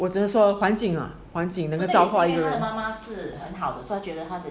我只会说环境啊环境你的造化又